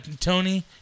Tony